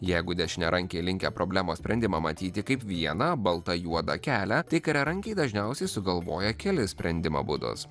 jeigu dešiniarankiai linkę problemos sprendimą matyti kaip vieną balta juoda kelią tai kairiarankiai dažniausiai sugalvoja kelis sprendimo būdus